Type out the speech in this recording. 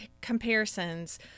comparisons